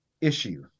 issue